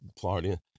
Florida